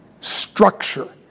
structure